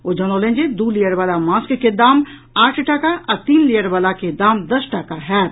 ओ जनौलनि जे दू लेयर वला मास्क के दाम आठ टाका आ तीन लेयर वला के दाम दस टाका होयत